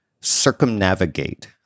circumnavigate